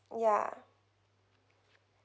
ya